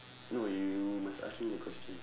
no you you must ask me a question